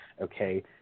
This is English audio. okay